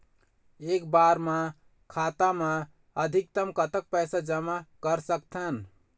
एक बार मा खाता मा अधिकतम कतक पैसा जमा कर सकथन?